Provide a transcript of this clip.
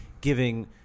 giving